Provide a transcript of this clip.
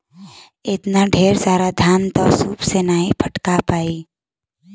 एतना ढेर सारा धान त सूप से नाहीं फटका पाई